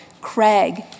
Craig